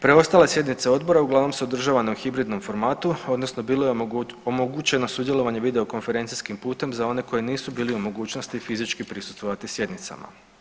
Preostale sjednice odbora uglavnom su održavane u hibridnom formatu odnosno bilo je omogućeno sudjelovanje videokonferencijskim putem za one koji nisu bili u mogućnosti fizički prisustvovati sjednicama.